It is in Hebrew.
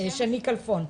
חברת הכנסת שאשא ביטון,